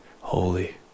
holy